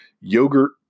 yogurt